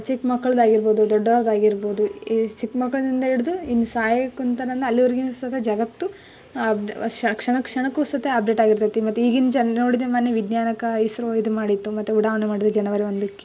ಚಿಕ್ಕ ಮಕ್ಕಳ್ದು ಆಗಿರ್ಬೋದು ದೊಡ್ಡೋರ್ದು ಆಗಿರ್ಬೋದು ಈ ಚಿಕ್ಕ ಮಕ್ಕಳಿಂದ ಹಿಡ್ದು ಇನ್ನು ಸಾಯುಕೆ ಕೂತರಲ್ಲ ಅಲ್ಲಿವರೆಗು ಸೈತ ಜಗತ್ತು ಅಪ್ ಕ್ಷಣ ಕ್ಷಣ ಕ್ಷಣಕ್ಕು ಸೈತ ಅಪ್ಡೇಟ್ ಆಗಿರ್ತೈತೆ ಮತ್ತೆ ಈಗಿನ ಜನ ನೋಡಿದೆ ಮೊನ್ನೆ ವಿಜ್ಞಾನಕ್ಕೆ ಇಸ್ರೋ ಇದು ಮಾಡಿತ್ತು ಮತ್ತೆ ಉಡಾವಣೆ ಮಾಡಿದ್ದರು ಜನವರಿ ಒಂದಕ್ಕೆ